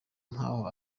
nk’aho